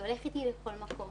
שהולך איתי לכל מקום